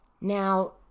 Now